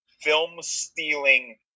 film-stealing